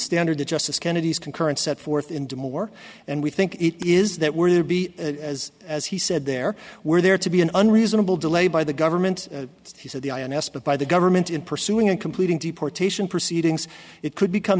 standard that justice kennedy's concurrence set forth in do more and we think it is that we're going to be as as he said there were there to be an unreasonable delay by the government he said the ins but by the government in pursuing and completing deportation proceedings it could become